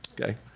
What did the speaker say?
Okay